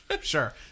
sure